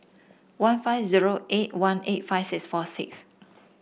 one five zero eight one eight five six four six